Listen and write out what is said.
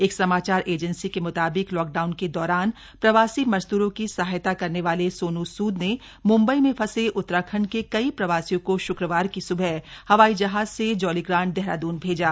एक समाचार एजेंसी के म्ताबिक लॉकडाउन के दौरान प्रवासी मजदूरों की सहायता करने वाले सोनू सूद ने मंबई में फंसे उत्तराखंड के कई प्रवासियों को शुक्रवार की सुबह हवाई जहाज से जॉलीग्रांट देहरादून भेजा